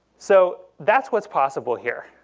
so that's what's possible here.